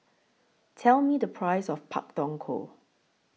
Tell Me The Price of Pak Thong Ko